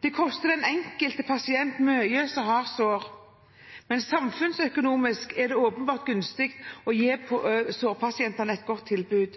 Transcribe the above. Det koster den enkelte pasient som har sår, mye, men samfunnsøkonomisk er det åpenbart gunstig å gi sårpasientene et godt tilbud.